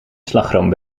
slagroom